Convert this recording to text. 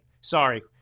Sorry